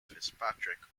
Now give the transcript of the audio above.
fitzpatrick